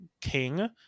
King